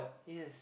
yes